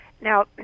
Now